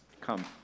Come